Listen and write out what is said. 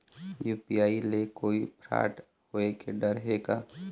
UPI ले कोई fraud होए के डर हे का?